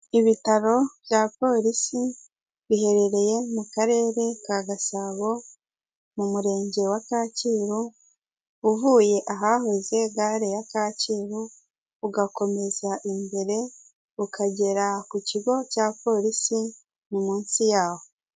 Ibitaro bya polisi biherereye mu karere ka gasabo mu murenge wa kacyiru uvuye ahahoze gare ya kacyiru ugakomeza imbere ukagera ku kigo cya polisi munsi yaho .